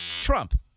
Trump